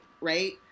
right